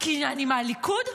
כי אני מהליכוד,